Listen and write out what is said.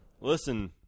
listen